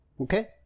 Okay